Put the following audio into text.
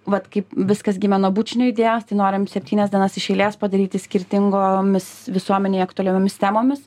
vat kaip viskas gimė nuo bučinio idėjos tai norim septynias dienas iš eilės padaryti skirtingomis visuomenei aktualiomis temomis